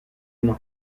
una